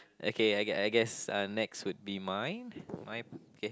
okay I guess I guess uh next will be mine mine okay